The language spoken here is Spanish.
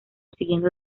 siguiendo